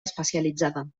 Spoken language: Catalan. especialitzada